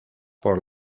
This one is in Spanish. por